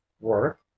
work